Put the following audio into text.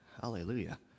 Hallelujah